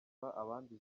abandi